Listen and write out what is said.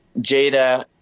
Jada